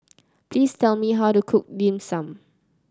please tell me how to cook Dim Sum